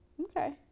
Okay